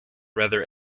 rather